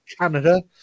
Canada